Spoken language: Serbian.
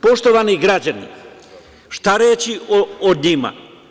Poštovani građani, šta reći o njima?